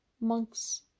monks